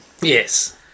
Yes